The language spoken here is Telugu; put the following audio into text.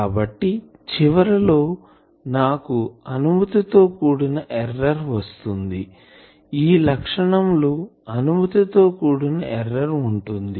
కాబట్టి చివర్లో నాకు అనుమతి తో కూడిన ఎర్రర్ వస్తుందిఈ లక్షణం లో అనుమతి తో కూడిన ఎర్రర్ ఉంటుంది